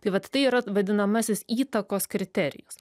tai vat tai yra vadinamasis įtakos kriterijus